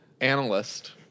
analyst